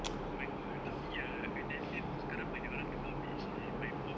oh my god tapi ya earn and learn itu sekarang banyak orang tengah apply